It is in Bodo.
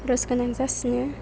रस गोनां जासिनो